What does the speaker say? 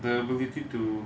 the ability to